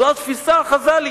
זו התפיסה החז"לית,